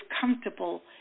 comfortable